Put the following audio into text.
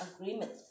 agreement